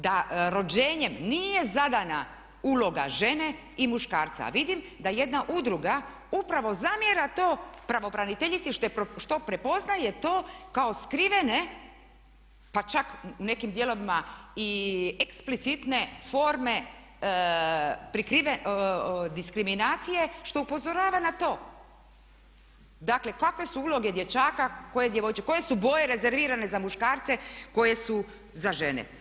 Da rođenjem nije zadana uloga žene i muškarca, a vidim da jedna udruga upravo zamjera to pravobraniteljici što prepoznaje to kao skrivene pa čak u nekim dijelovima i eksplicitne forme diskriminacije što upozorava na to dakle kakve su uloge dječaka, a koje djevojčice, koje su boje rezervirane za muškarce, koje su za žene.